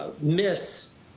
miss